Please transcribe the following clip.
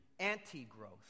anti-growth